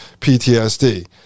PTSD